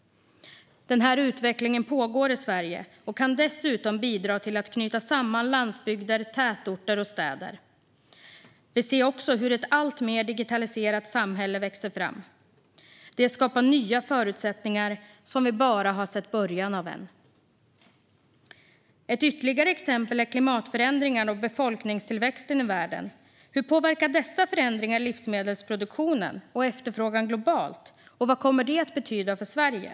Den utvecklingen pågår i Sverige och kan dessutom bidra till att knyta samman landsbygder, tätorter och städer. Vi ser också hur ett alltmer digitaliserat samhälle växer fram. Det skapar nya förutsättningar som vi bara har sett början av. Ytterligare ett exempel är klimatförändringarna och befolkningstillväxten i världen. Hur påverkar dessa förändringar livsmedelsproduktionen och efterfrågan globalt? Och vad kommer det att betyda för Sverige?